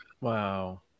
Wow